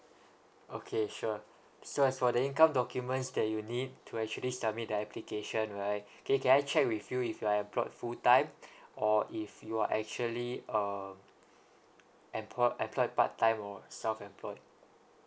okay sure so as for the income documents that you need to actually submit the application right okay can I check with you if you're employed full time or if you are actually um employed employed part time or self employed